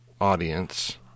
audience